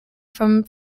from